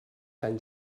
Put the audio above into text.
sant